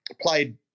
played